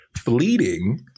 fleeting